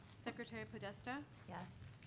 secretary podesta? yes.